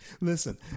Listen